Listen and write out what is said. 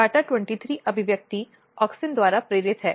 GATA23 अभिव्यक्ति auxin द्वारा प्रेरित है